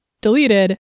deleted